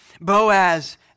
Boaz